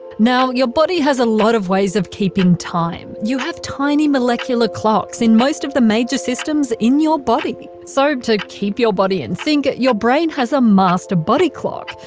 now, your body has a lot of ways of keeping time you have tiny molecular clocks in most of the major systems in your body. to keep your body in sync, your brain has a master body clock,